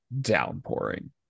downpouring